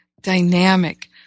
dynamic